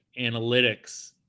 analytics